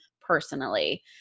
personally